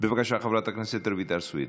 חברת הכנסת רויטל סויד.